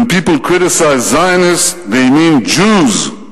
When people criticize Zionists they mean Jews.